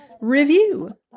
review